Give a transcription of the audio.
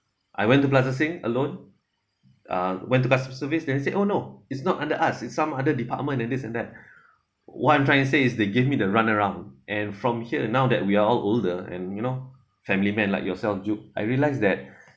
I went to plaza sing alone uh went to customer service then say oh no is not under us is some other department and this and that what I'm trying to say is they give me the run around and from here now that we are all older and you know family man like yourself zuff I realize that